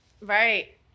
Right